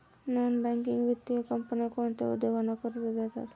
Non banking वित्तीय कंपन्या कोणत्या उद्योगांना कर्ज देतात?